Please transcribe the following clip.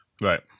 Right